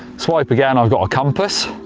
swipe again i've got a compass.